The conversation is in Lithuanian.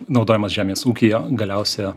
naudojamas žemės ūkyje galiausia